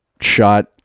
shot